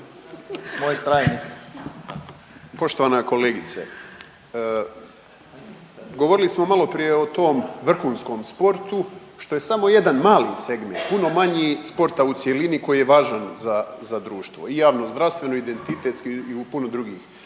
(Nezavisni)** Poštovana kolegice govorili smo maloprije o tom vrhunskom sportu što je samo jedan mali segment puno manji sporta u cjelini koji je važan za, za društvo i javnozdravstveno, identitetski i u puno drugih